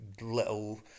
little